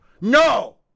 No